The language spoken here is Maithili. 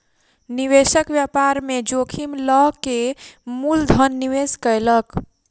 निवेशक व्यापार में जोखिम लअ के मूल धन निवेश कयलक